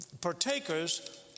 partakers